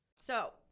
So-